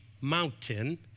Mountain